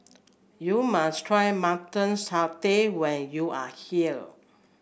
you must try Mutton Satay when you are here